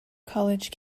college